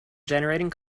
generating